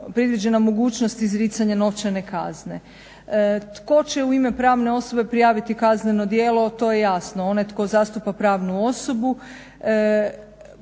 predviđena mogućnost izricanja novčane kazne. Tko će u ime pravne osobe prijaviti kazneno djelo to je jasno, onaj koji zastupa pravnu osobu.